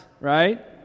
right